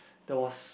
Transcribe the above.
there was